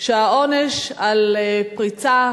שהעונש על פריצה